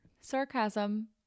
sarcasm